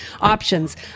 options